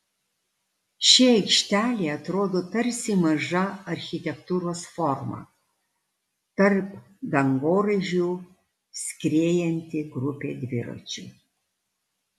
ši aikštelė atrodo tarsi maža architektūros forma tarp dangoraižių skriejanti grupė dviračių